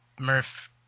Murph